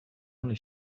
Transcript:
only